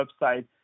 website